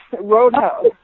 Roadhouse